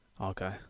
Okay